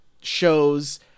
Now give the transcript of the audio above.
shows